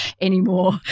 anymore